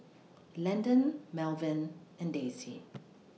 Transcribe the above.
Landen Melvyn and Daisie